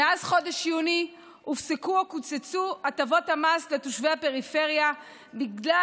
מאז חודש יוני הופסקו וקוצצו הטבות המס לתושבי הפריפריה בגלל